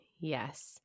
Yes